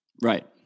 Right